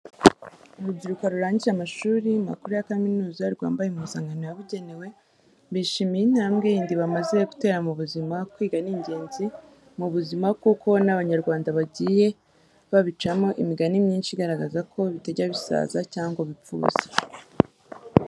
Urubyiruko rurangije amashuri makuru ya kaminuza rwambaye impuzankano yabugenewe, bishimiye intambwe yindi bamaze gutera mu buzima. Kwiga ni ingenzi mu buzima kuko n'Abanyarwanda bagiye babicamo imigani myinshi igaragaza ko bitajya bisaza cyangwa ngo bipfe ubusa.